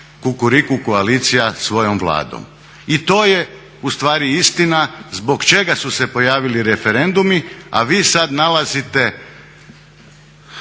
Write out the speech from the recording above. kukuriku koalicija svojom Vladom. I to je ustvari istina zbog čega su se pojavili referendumi a vi sada nalazite,